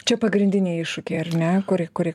čia pagrindiniai iššūkiai ar ne kuri kuri